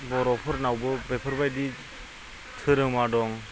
बर' फोरनाबो बेफोरबायदि धोरोमा दं